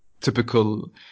typical